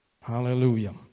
Hallelujah